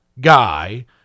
Guy